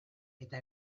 eta